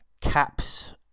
Cap's